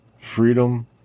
Freedom